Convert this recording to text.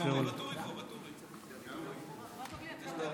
אם כן,